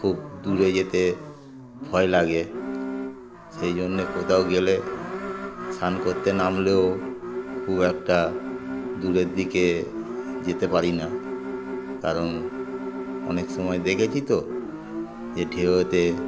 খুব দূরে যেতে ভয় লাগে সেই জন্যে কোথাও গেলে স্নান করতে নামলেও খুব একটা দূরের দিকে যেতে পারি না কারণ অনেক সময় দেখেছি তো যে ঢেউতে